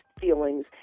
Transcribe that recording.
feelings